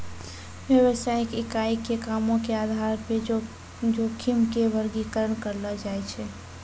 व्यवसायिक इकाई के कामो के आधार पे जोखिम के वर्गीकरण करलो जाय छै